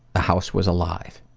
the house was alive.